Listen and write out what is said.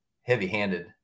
heavy-handed